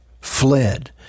fled